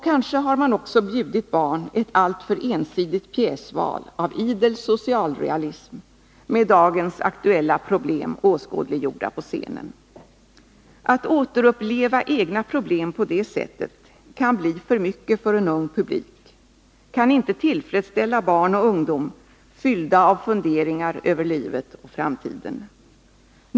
Kanske man också bjudit barn ett alltför ensidigt pjäsval av idel socialrealism med dagens aktuella problem åskådliggjorda på scenen. Att återuppleva egna problem på det sättet kan bli för mycket för en ung publik, kan inte tillfredsställa barn och ungdom fyllda av funderingar över livet och framtiden.